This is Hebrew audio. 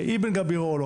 איבן גבירול,